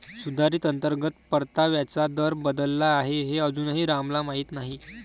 सुधारित अंतर्गत परताव्याचा दर बदलला आहे हे अजूनही रामला माहीत नाही